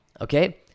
okay